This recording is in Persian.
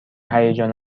هیجان